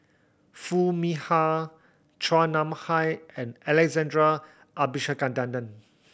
Foo Mee Har Chua Nam Hai and Alex